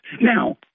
now